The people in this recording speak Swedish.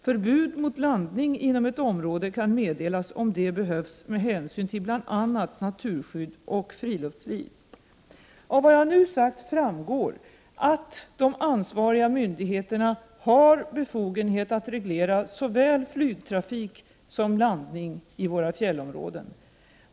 Förbud mot landning inom ett område kan meddelas om det behövs med hänsyn till bl.a. naturskydd och friluftsliv. Av vad jag nu sagt framgår att de ansvariga myndigheterna har befogenhet att reglera såväl flygtrafik som landning i våra fjällområden.